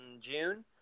June